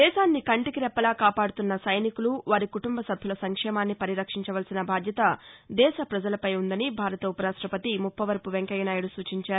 దేశాన్ని కంటికి రెప్పలా కాపాడుతున్న సైనికులు వారి కుటుంబ సభ్యుల సంక్షేమాన్ని పరిరక్షించవలసిన బాధ్యత దేశ ప్రజలపై ఉందని భారత ఉప రాష్ట్రపతి ముప్పవరపు వెంకయ్య నాయుడు సూచించారు